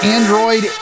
Android